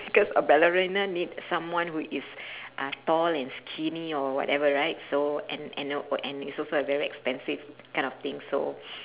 cause a ballerina need someone who is uh tall and skinny or whatever right so and and a~ and it's also a very expensive kind of thing so